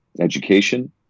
education